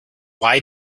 why